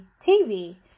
TV